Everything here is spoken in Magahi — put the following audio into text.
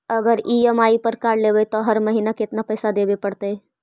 अगर ई.एम.आई पर कार लेबै त हर महिना केतना पैसा देबे पड़तै?